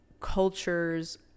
culture's